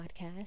podcast